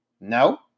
No